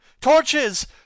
Torches